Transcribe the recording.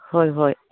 ꯍꯣꯏ ꯍꯣꯏ